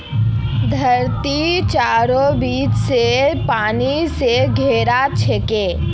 धरती चारों बीती स पानी स घेराल छेक